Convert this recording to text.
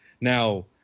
Now